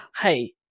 Hey